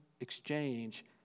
exchange